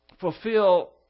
fulfill